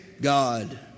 God